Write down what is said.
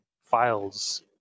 files